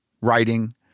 writing